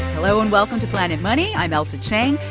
hello, and welcome to planet money. i'm ailsa chang.